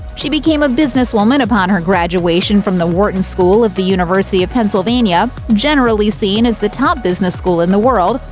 she became a businesswoman upon her graduation from the wharton school of the university of pennsylvania generally seen as the top business school in the world,